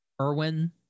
Erwin